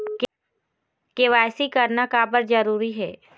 KYC करना का बर जरूरी हे?